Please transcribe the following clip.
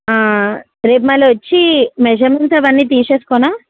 రేపు మళ్ళీ వచ్చి మెజర్మెంట్స్ అవన్నీ తీసేసుకోనా